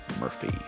Murphy